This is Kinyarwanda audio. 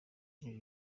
ibi